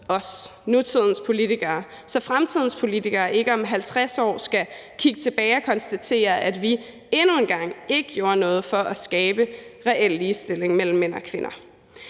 os, nutidens politikere, så fremtidens politikere ikke om 50 år skal kigge tilbage og konstatere, at vi endnu en gang ikke gjorde noget for at skabe reel ligestilling mellem mænd og kvinder.